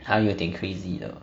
他有点 crazy 的